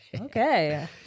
Okay